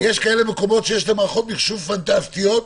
יש כאלה שיש להם מערכות מחשוב פנטסטיות.